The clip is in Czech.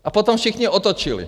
A potom všichni otočili.